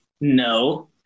no